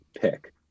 pick